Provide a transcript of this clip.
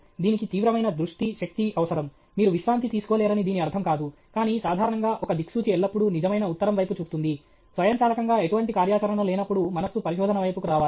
దీనికి తీవ్రమైన దృష్టి శక్తి అవసరం మీరు విశ్రాంతి తీసుకోలేరని దీని అర్థం కాదు కానీ సాధారణంగా ఒక దిక్సూచి ఎల్లప్పుడూ నిజమైన ఉత్తరం వైపు చూపుతుంది స్వయంచాలకంగా ఎటువంటి కార్యాచరణ లేనప్పుడు మనస్సు పరిశోధన వైపుకు రావాలి